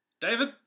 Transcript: David